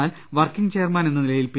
എന്നാൽ working chairman എന്ന നിലയിൽ പി